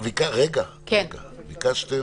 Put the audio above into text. הודיעו על זה אתמול והיום זה כבר נכנס לתוקף.